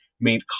made